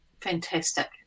Fantastic